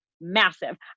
massive